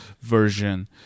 version